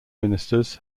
ministers